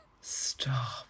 Stop